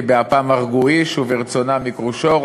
כי באפם הרגו איש וברצנם עקרו שור.